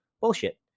Bullshit